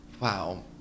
wow